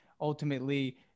ultimately